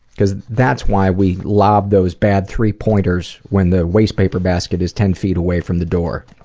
because that's why we lob those bad three pointers when the waste paper basket is ten feet away from the door.